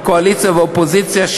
קואליציה ואופוזיציה,